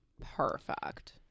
perfect